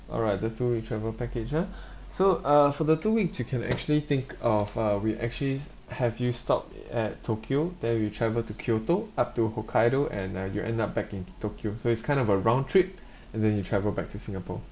alright the two week travel package ha so uh for the two weeks you can actually think of uh we actually have you stop at tokyo there we travel to kyoto up to hokkaido and uh you end up back in tokyo so it's kind of a round trip and then you travel back to singapore